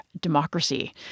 democracy